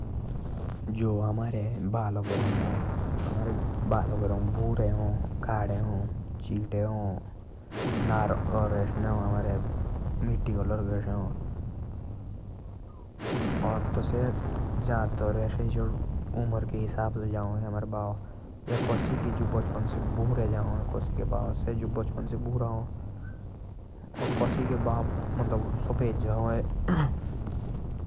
जो हमारे बालों के रंग हैं । से भूरे हैं काले हैं चेटा हैं और मिटी कलर के हैं । ज्यादातर उमर के हिसाब से हैं । और जो बचपन से भूरे हैं ।